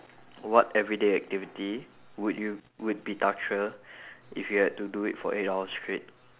what everyday activity would you would be torture if you had to do it for eight hours straight